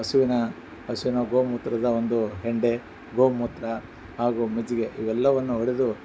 ಹಸುವಿನ ಹಸುವಿನ ಗೋ ಮೂತ್ರದ ಒಂದು ಹೆಂಡೆ ಗೋ ಮೂತ್ರ ಹಾಗು ಮಜ್ಜಿಗೆ ಇವೆಲ್ಲವನ್ನು ಹಿಡಿದು